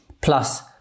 plus